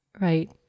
right